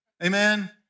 Amen